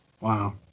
Wow